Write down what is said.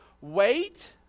Wait